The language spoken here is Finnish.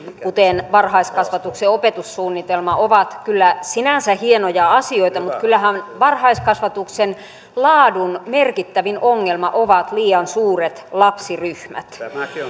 kuten varhaiskasvatuksen opetussuunnitelma ovat kyllä sinänsä hienoja asioita mutta kyllähän varhaiskasvatuksen laadun merkittävin ongelma ovat liian suuret lapsiryhmät